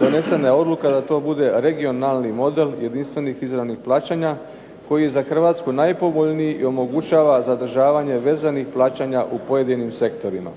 donesena je odluka da to bude regionalni model jedinstvenih izravnih plaćanja koji je za Hrvatsku najpovoljniji i omogućava zadržavanje vezanih plaćanja u pojedinim sektorima.